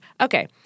Okay